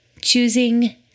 Choosing